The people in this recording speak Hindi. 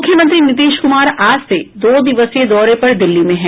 मुख्यमंत्री नीतीश कुमार आज से दो दिवसीय दौरे पर दिल्ली में हैं